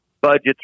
budgets